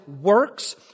works